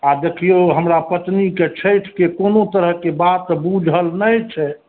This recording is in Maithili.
आ देखियौ हमरा पत्नीके छठिके कोनो तरहके बात बुझल नहि छै